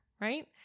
right